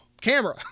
camera